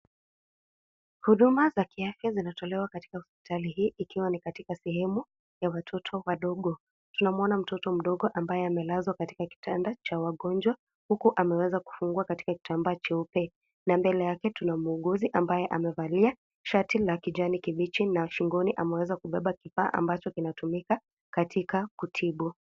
Huduma za kiafya zinatolewa katika hospitali hii ikiwa ni katika sehemu ya watoto wadogo. Tunamwona mtoto mdogo ambaye amelazwa katika kitanda cha wagonjwa, huku ameweza kufungwa katika kitambaa cheupe, na mbele yake tuna muuguzi ambaye amevalia shati la kijani kibichi na shingoni ameweza kubeba kifaa ambacho kinatumika katika kutibu.